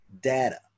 Data